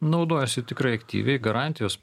naudojasi tikrai aktyviai garantijos